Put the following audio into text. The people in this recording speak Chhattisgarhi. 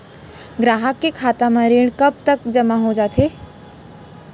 ग्राहक के खाता म ऋण कब तक जेमा हो जाथे?